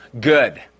good